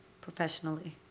professionally